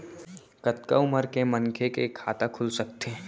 कतका उमर के मनखे के खाता खुल सकथे?